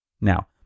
Now